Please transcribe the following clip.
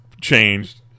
changed